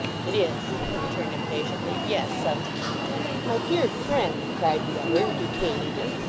it is he returned impatiently yes a my dear friend cried the other, detaining him,